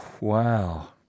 Wow